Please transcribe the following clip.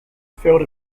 field